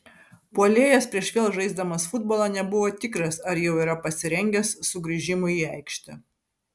puolėjas prieš vėl žaisdamas futbolą nebuvo tikras ar jau yra pasirengęs sugrįžimui į aikštę